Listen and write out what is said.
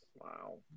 Wow